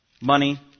money